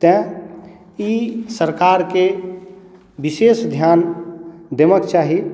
तैं ई सरकार के विशेष ध्यान देबऽ के चाही